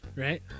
Right